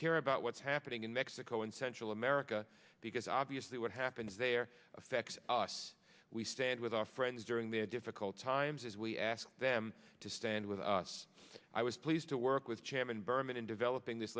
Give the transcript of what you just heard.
care about what's happening in mexico and central america because obviously what happens there affects us we stand with our friends during their difficult times as we ask them to stand with us i was pleased to work with chairman berman in developing this